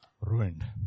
ruined